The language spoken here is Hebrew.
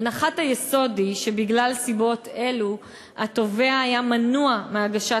הנחת היסוד היא שבגלל סיבות אלה התובע היה מנוע מהגשת